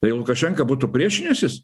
tai lukašenka būtų priešinęsis